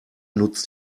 nutzt